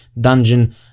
dungeon